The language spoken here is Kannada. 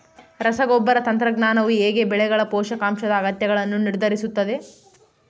ರಸಗೊಬ್ಬರ ತಂತ್ರಜ್ಞಾನವು ಹೇಗೆ ಬೆಳೆಗಳ ಪೋಷಕಾಂಶದ ಅಗತ್ಯಗಳನ್ನು ನಿರ್ಧರಿಸುತ್ತದೆ?